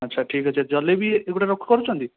ଆଚ୍ଛା ଠିକ୍ ଅଛି ଜଲେବି ଏଗୁଡ଼ାକ କରୁଛନ୍ତି